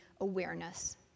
awareness